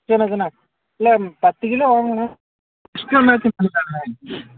சரிண்ணே சரிண்ணே இல்லை பத்துக் கிலோ வாங்கணும் டிஸ்கௌண்ட்னாச்சும் பண்ணித்தாங்கண்ணே